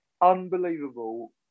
unbelievable